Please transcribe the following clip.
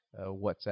WhatsApp